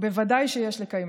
ובוודאי שיש לקיימה,